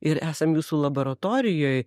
ir esam jūsų laboratorijoj